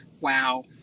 Wow